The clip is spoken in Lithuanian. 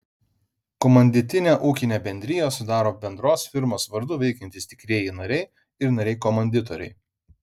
komanditinę ūkinę bendriją sudaro bendros firmos vardu veikiantys tikrieji nariai ir nariai komanditoriai